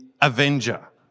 Avenger